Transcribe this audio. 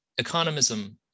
economism